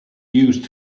used